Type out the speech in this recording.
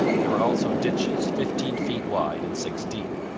there were also ditches, fifteen feet wide and six deep.